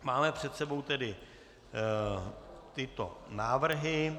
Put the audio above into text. Máme před sebou tyto návrhy.